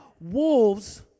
wolves